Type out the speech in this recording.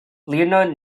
leonard